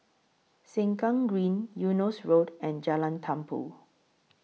Sengkang Green Eunos Road and Jalan Tumpu